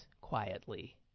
quietly